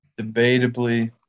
debatably